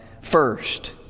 first